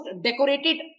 decorated